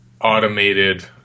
automated